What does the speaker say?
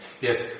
Yes